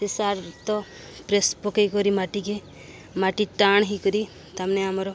ସେ ସାର୍ ତ ପ୍ରେସ୍ ପକେଇକରି ମାଟିକି ମାଟି ଟାଣ ହେଇକରି ତାମାନେ ଆମର